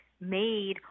made